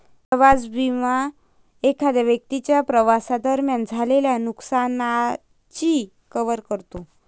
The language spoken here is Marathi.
प्रवास विमा एखाद्या व्यक्तीच्या प्रवासादरम्यान झालेल्या नुकसानाची कव्हर करतो